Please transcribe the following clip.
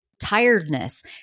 Tiredness